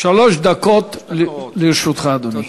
שלוש דקות לרשותך, אדוני.